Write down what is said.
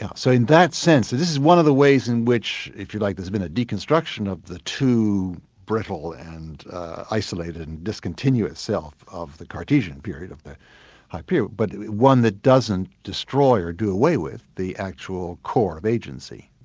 yeah so in that sense, this is one of the ways in which, if you like, there's been a deconstruction of the too brittle and isolated and discontinuous self of the cartesian period, the cartesian period, but one that doesn't destroy or do away with the actual core of agency.